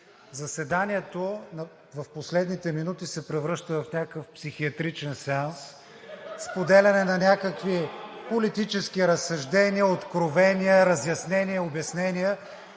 Заседанието в последните минути се превръща в някакъв психиатричен сеанс – споделяне на някакви политически разсъждения, откровения, разяснения, обяснения.